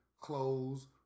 close